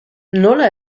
nola